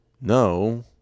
no